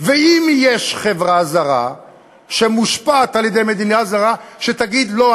ואם יש חברה זרה שמושפעת על-ידי מדינה זרה שתגיד: לא,